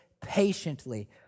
patiently